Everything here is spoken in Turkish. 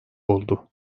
oldu